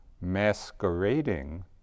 masquerading